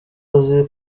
azi